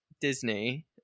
Disney